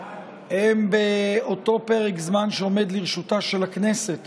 הוא באותו פרק זמן שעומד לרשותה של הכנסת